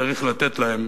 צריך לתת להם